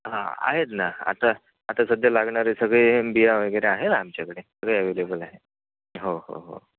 हां आहेत ना आता आता सध्या लागणारे सगळे बिया वगैरे आहेत आमच्याकडे सगळे अवेलेबल आहे हो हो हो